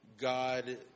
God